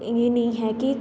ਇਹ ਨਹੀਂ ਹੈ ਕਿ